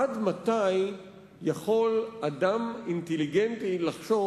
עד מתי יכול אדם אינטליגנטי לחשוב